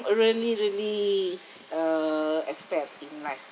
are really really uh expect a think life